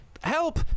help